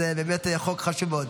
זה באמת חוק חשוב מאוד.